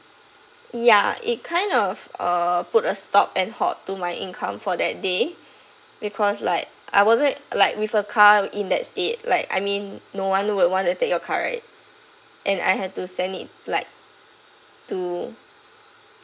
ya it kind of uh put a stop and halt to my income for that day because like I wasn't like with a car in that state like I mean no one would want to take your car right and I had to send it like to